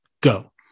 go